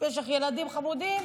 יש לך ילדים חמודים?